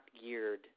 geared